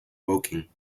woking